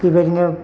बेबायदिनो